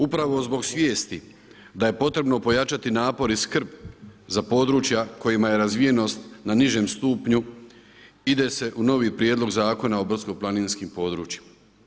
Upravo zbog svijesti da je potrebno pojačati napor i skrb za područja kojima je razvijenost na nižem stupnju ide se u novi Prijedlog Zakona o brdsko-planinskim područjima.